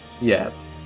Yes